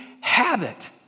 habit